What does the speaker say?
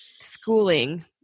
schooling